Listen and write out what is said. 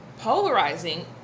polarizing